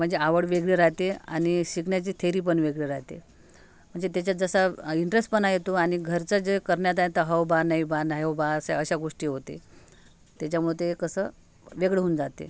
म्हणजे आवड वेगळी राहते आणि शिकण्याची थेरी पण वेगळी राहते म्हणजे त्याच्यात जसा इंटरेस्टपणा येतो आणि घरचं जे करण्यात आहे त हो बा नाही बा नाही ओ बा अस अशा गोष्टी होते त्याच्यामुळे ते कसं वेगळं होऊन जाते